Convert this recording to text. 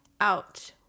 Out